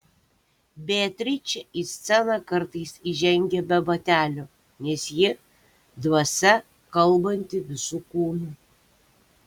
beatričė į sceną kartais įžengia be batelių nes ji dvasia kalbanti visu kūnu